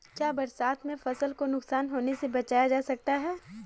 क्या बरसात में फसल को नुकसान होने से बचाया जा सकता है?